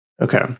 Okay